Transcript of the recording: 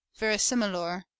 verisimilor